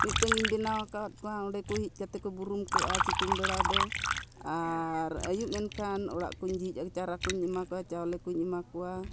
ᱢᱤᱫᱴᱟᱝ ᱤᱧ ᱵᱮᱱᱟᱣ ᱟᱠᱟᱫ ᱠᱚᱣᱟ ᱚᱸᱰᱮ ᱠᱚ ᱤᱡ ᱠᱟᱛᱮ ᱠᱚ ᱵᱩᱨᱩᱢ ᱠᱚᱜᱼᱟ ᱥᱤᱛᱩᱝ ᱵᱮᱲᱟ ᱫᱚ ᱟᱨ ᱟᱭᱩᱵ ᱮᱱᱠᱷᱟᱱ ᱚᱲᱟᱜ ᱠᱚᱧ ᱡᱷᱤᱡ ᱪᱟᱨᱟ ᱠᱚᱧ ᱮᱢᱟ ᱠᱚᱣᱟ ᱪᱟᱣᱞᱮ ᱠᱚᱧ ᱮᱢᱟ ᱠᱚᱣᱟ